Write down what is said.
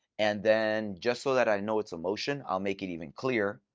and then, just so that i know it's a motion, i'll make it even clearer.